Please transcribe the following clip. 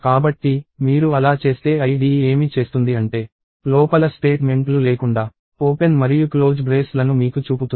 కాబట్టి మీరు అలా చేస్తే IDE ఏమి చేస్తుంది అంటే లోపల స్టేట్మెంట్లు లేకుండా ఓపెన్ మరియు క్లోజ్ బ్రేస్లను మీకు చూపుతుంది